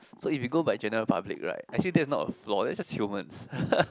so if we go by general public right actually that's not a flaw that's just humans